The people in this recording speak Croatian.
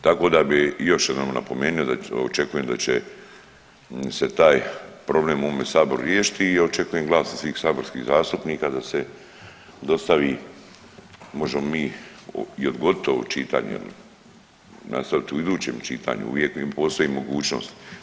Tako da bi još jednom napomenuo da očekujem da će se taj problem u ovome saboru riješiti i očekujem glas svih saborskih zastupnika da se dostavi možemo mi i odgoditi ovo čitanje, nastavit u idućem čitanju uvijek postoji mogućnost.